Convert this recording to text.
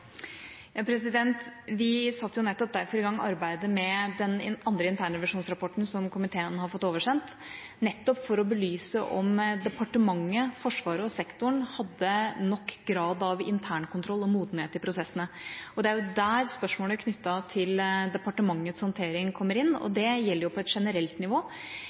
Vi satte nettopp derfor i gang arbeidet med den andre internrevisjonsrapporten, som komiteen har fått oversendt, nettopp for å belyse om departementet, Forsvaret og sektoren hadde stor nok grad av internkontroll og modenhet i prosessene. Det er der spørsmålet knyttet til departementets håndtering kommer inn, og det gjelder på et generelt nivå.